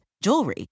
jewelry